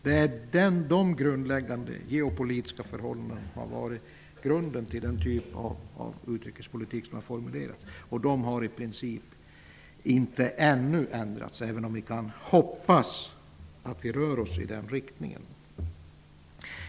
Det är de grundläggande geopolitiska förhållandena som har varit grunden för den typ av utrikespolitik som har formulerats. De har i princip ännu inte ändrats, även om vi kan hoppas att vi rör oss i den riktningen.